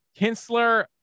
Kinsler